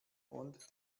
und